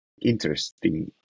interesting